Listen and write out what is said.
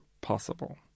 possible